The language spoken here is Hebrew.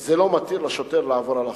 זה לא מתיר לשוטר לעבור על החוק.